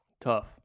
Tough